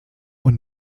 und